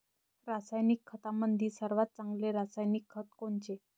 रासायनिक खतामंदी सर्वात चांगले रासायनिक खत कोनचे?